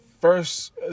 first